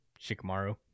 Shikamaru